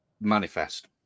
manifest